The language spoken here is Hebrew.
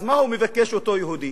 אז מה מבקש אותו יהודי?